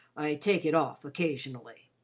i take it off occasionally.